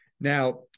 Now